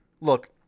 Look